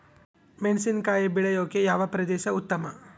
ಮೆಣಸಿನಕಾಯಿ ಬೆಳೆಯೊಕೆ ಯಾವ ಪ್ರದೇಶ ಉತ್ತಮ?